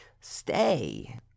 stay